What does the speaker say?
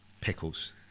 pickles